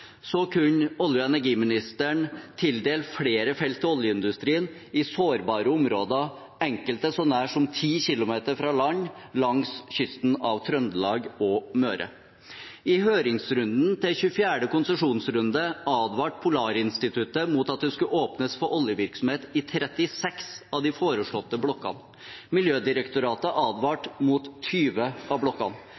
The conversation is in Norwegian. så nær som 10 kilometer fra land langs kysten av Trøndelag og Møre. I høringsrunden til 24. konsesjonsrunde advarte Polarinstituttet mot at det skulle åpnes for oljevirksomhet i 36 av de foreslåtte blokkene. Miljødirektoratet advarte